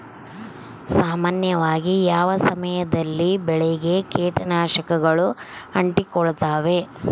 ಸಾಮಾನ್ಯವಾಗಿ ಯಾವ ಸಮಯದಲ್ಲಿ ಬೆಳೆಗೆ ಕೇಟನಾಶಕಗಳು ಅಂಟಿಕೊಳ್ಳುತ್ತವೆ?